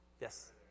Yes